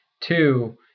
Two